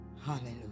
Hallelujah